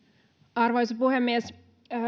arvoisa puhemies